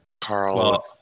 Carl